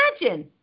imagine